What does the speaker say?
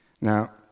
Now